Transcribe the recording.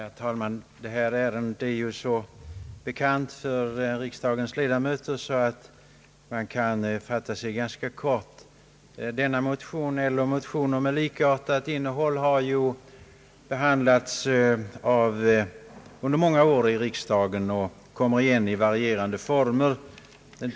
Herr talman! Detta ärende är ju så bekant för riksdagens ledamöter att jag kan fatta mig ganska kort. Motioner med likartat innehåll har behandlats av riksdagen under många år och kommer igen i varierande former.